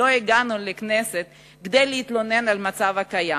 הגענו לכנסת כדי להתלונן על המצב הקיים.